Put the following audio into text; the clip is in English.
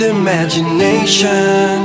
imagination